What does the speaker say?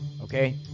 Okay